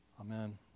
Amen